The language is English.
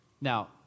Now